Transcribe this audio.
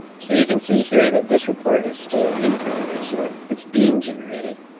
so you can see here that this report is still in progress or it's being generated.